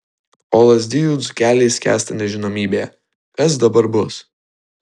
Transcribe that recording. o lazdijų dzūkeliai skęsta nežinomybėje kas dabar bus